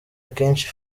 akenshi